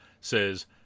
says